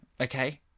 Okay